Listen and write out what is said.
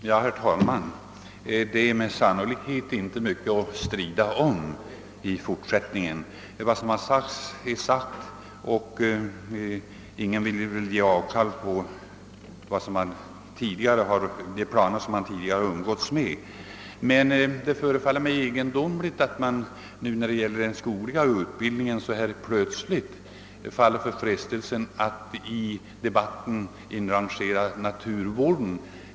Herr talman! Det är med all sannolikhet inte mycket att strida om i fortsättningen. Vad som sagts är sagt, och ingen vill väl avstå från de planer man tidigare umgåtts med. Det förefaller mig emellertid egendomligt att man beträffande den skogliga utbildningen plötsligt faller för frestelsen att dra in naturvården i debatten.